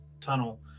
tunnel